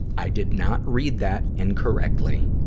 i did not read that incorrectly.